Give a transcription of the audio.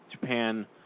Japan